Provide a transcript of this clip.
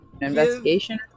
Investigation